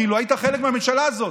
היית חלק מהממשלה הזאת.